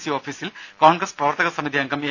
C ഓഫീസിൽ കോൺഗ്രസ് പ്രവർത്തക സമിതി അംഗം എ